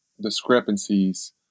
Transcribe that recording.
discrepancies